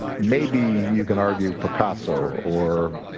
maybe you can argue picasso or